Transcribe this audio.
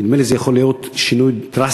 נדמה לי שזה יכול להיות שינוי דרסטי